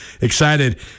excited